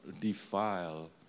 Defile